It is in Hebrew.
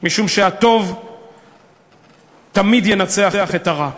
משום שהטוב תמיד ינצח את הרע.